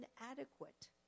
inadequate